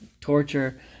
torture